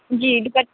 جی defect